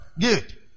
Good